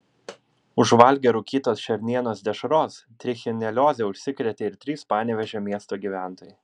užvalgę rūkytos šernienos dešros trichinelioze užsikrėtė ir trys panevėžio miesto gyventojai